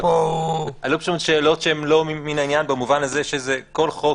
עלו שאלות שהן לא ממן העניין במובן הזה שכל חוק,